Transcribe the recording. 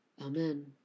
Amen